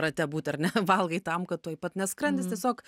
rate būt ar ne valgai tam kad tuoj pat nes skrandis tiesiog